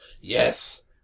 Yes